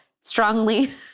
strongly